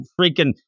freaking